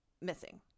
missing